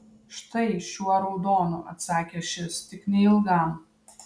štai šiuo raudonu atsakė šis tik neilgam